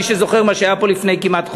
מי שזוכר מה שהיה פה לפני כמעט חודש.